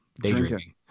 daydreaming